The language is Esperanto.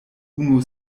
unu